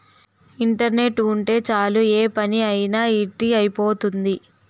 internet ఉంటే చాలు ఏ పని అయినా ఇట్టి అయిపోతుంది